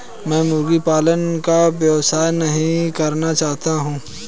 मैं मुर्गी पालन का व्यवसाय नहीं करना चाहता हूँ